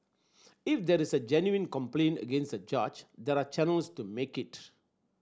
if there is a genuine complaint against the judge there are channels to make it